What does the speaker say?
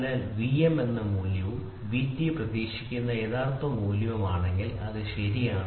അതിനാൽ Vm അളന്ന മൂല്യവും Vt പ്രതീക്ഷിക്കുന്ന യഥാർത്ഥ മൂല്യവുമാണ് അല്ലെങ്കിൽ അത് ശരിയാണ്